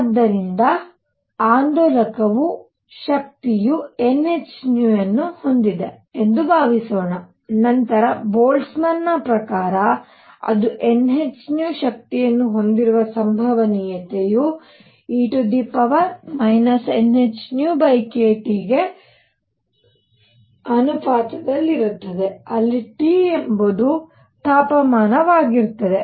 ಆದ್ದರಿಂದ ಆಂದೋಲಕವು ಶಕ್ತಿಯ nhν ಅನ್ನು ಹೊಂದಿದೆ ಎಂದು ಭಾವಿಸೋಣ ನಂತರ ಬೋಲ್ಟ್ಜ್ಮನ್ ಪ್ರಕಾರ ಅದು nhνಶಕ್ತಿಯನ್ನು ಹೊಂದಿರುವ ಸಂಭವನೀಯತೆಯು e nhνkT ಗೆ ಅನುಪಾತದಲ್ಲಿರುತ್ತದೆ ಅಲ್ಲಿ T ಎಂಬುದು ತಾಪಮಾನವಾಗಿರುತ್ತದೆ